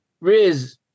Riz